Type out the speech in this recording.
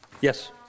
Yes